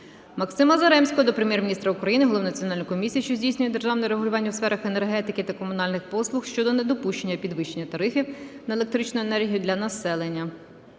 Максима Заремського до Прем'єр-міністра України, голови Національної комісії, що здійснює державне регулювання у сферах енергетики та комунальних послуг щодо недопущення підвищення тарифів на електричну енергію для населення.